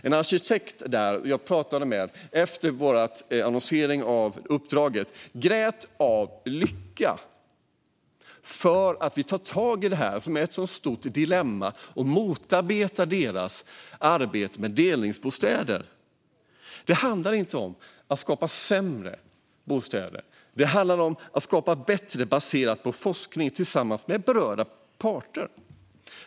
En arkitekt därifrån som jag pratade med efter vår annonsering av uppdraget grät av lycka för att vi tar tag i detta stora dilemma som motarbetar deras arbete med delningsbostäder. Det handlar inte om att skapa sämre bostäder. Det handlar om att skapa bättre baserat på forskning tillsammans med berörda parter.